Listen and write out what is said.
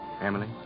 Emily